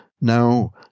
Now